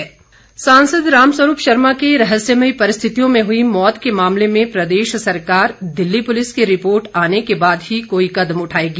point of order सांसद राम स्वरूप शर्मा की रहस्यमयी परिस्थितियों में हुई मौत के मामले में प्रदेश सरकार दिल्ली पुलिस की रिपोर्ट आने के बाद ही कोई कदम उठाएगी